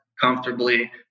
comfortably